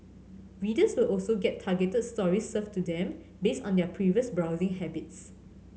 readers will also get targeted stories served to them based on their previous browsing habits